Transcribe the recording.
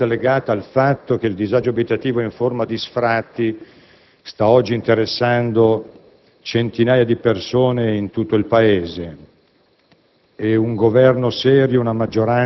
del provvedimento legislativo in esame, urgenza legata alla circostanza che il disagio abitativo in forma di sfratti sta oggi interessando centinaia di persone in tutto il Paese